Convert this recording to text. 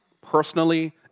Personally